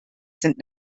sind